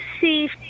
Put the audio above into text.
see